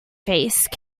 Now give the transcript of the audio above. faced